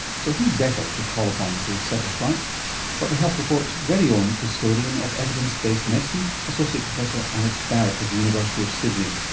so who better to call upon to set us right but the health report's very own custodian of evidence-based medicine, associate professor alex barratt of the university of sydney,